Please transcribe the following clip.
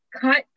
cut